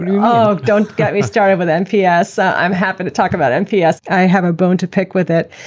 and um ah don't get me started with nps. i'm happy to talk about nps. i have a bone to pick with it.